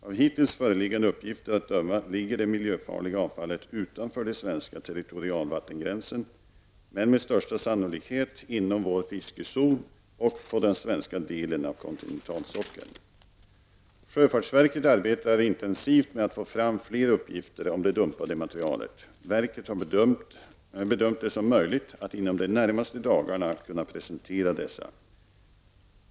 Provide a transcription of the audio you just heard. Av hittills föreliggande uppgifter att döma ligger det miljöfarliga avfallet utanför den svenska territorialvattengränsen men med största sannolikhet inom vår fiskezon och på den svenska delen av kontinentalsockeln. Sjöfartsverket arbetar intensivt med att få fram fler uppgifter om det dumpade materialet. Verket har bedömt det som möjligt att inom de närmaste dagarna kunna presentera dessa.